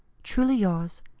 truly yours,